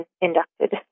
inducted